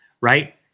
right